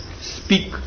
speak